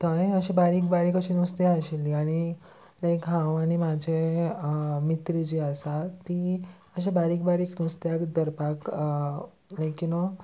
थंय अशें बारीक बारीक अशें नुस्तें आशिल्लीं आनी लायक हांव आनी म्हाजे मित्र जे आसा तीं अशें बारीक बारीक नुस्त्याक धरपाक लायक यू नो